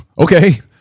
okay